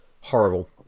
Horrible